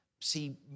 See